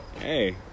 Hey